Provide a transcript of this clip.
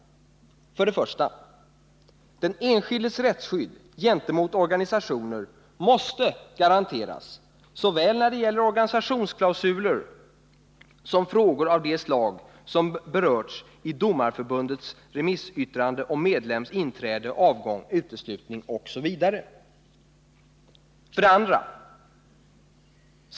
1. Den enskildes rättsskydd gentemot organisationer måste garanteras när det gäller såväl organisationsklausuler som frågor av det slag som berörts i Domarförbundets remissyttrande om medlems inträde, avgång, uteslutning OSV. 2.